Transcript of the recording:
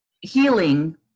healing